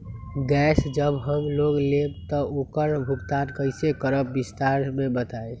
Gas जब हम लोग लेम त उकर भुगतान कइसे करम विस्तार मे बताई?